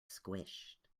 squished